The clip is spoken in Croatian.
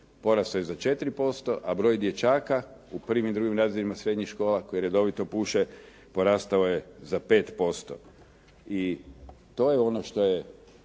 porasao je za 4%, a broj dječaka u prvim i drugim razredima srednjih škola koji redovito puše porastao je za 5% i to je ono što je